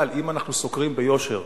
אבל אם אנחנו סוקרים ביושר,